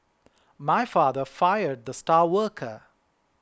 my father fired the star worker